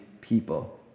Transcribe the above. people